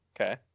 okay